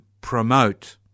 promote